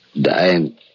Dying